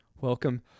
Welcome